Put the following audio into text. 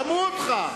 שמעו אותך.